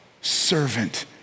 servant